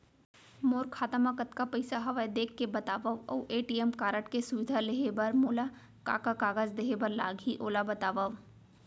मोर खाता मा कतका पइसा हवये देख के बतावव अऊ ए.टी.एम कारड के सुविधा लेहे बर मोला का का कागज देहे बर लागही ओला बतावव?